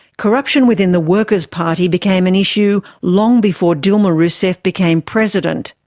corruption within the workers party became an issue long before dilma rousseff became president.